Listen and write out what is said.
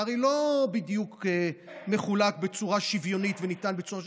זה הרי לא בדיוק מחולק בצורה שוויונית וניתן בצורה שוויונית,